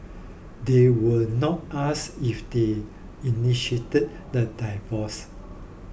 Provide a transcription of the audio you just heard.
they were not asked if they initiated the divorce